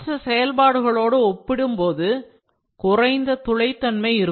மற்ற செயல்பாடுகளோடு ஒப்பிடும்போது குறைந்த துளைதன்மை இருக்கும்